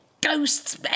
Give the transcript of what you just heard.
Ghosts